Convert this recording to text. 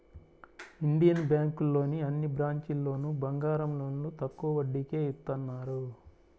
Indian బ్యేంకులోని అన్ని బ్రాంచీల్లోనూ బంగారం లోన్లు తక్కువ వడ్డీకే ఇత్తన్నారు